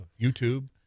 YouTube